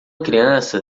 criança